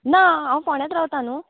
ना हांव फोंड्याच रावता न्हू